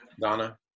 Donna